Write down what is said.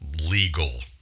legal